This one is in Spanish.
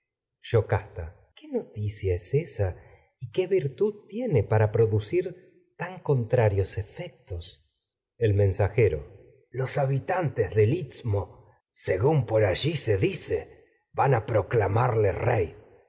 yocasta qué para ésa y qué virtud tiene producir tan contrarios efectos edípó rey el allí mensajero los habitantes del istmo según por se dice van a proclamarle rey